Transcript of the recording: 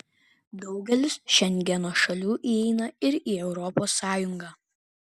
daugelis šengeno šalių įeina ir į europos sąjungą